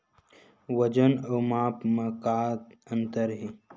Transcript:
वजन अउ माप म का अंतर हे?